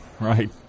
Right